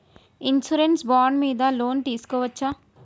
Insurance bond మీద loan తీస్కొవచ్చా?